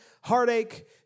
heartache